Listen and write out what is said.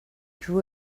drew